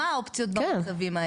מה האופציות במצבים כאלה.